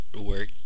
work